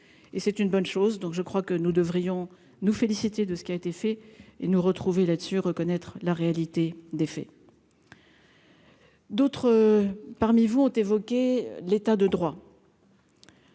et c'est une bonne chose, donc je crois que nous devrions nous féliciter de ce qui a été fait et nous retrouver là-dessus, reconnaître la réalité des faits. D'autres parmi vous ont évoqué l'état de droit.